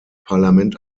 parlament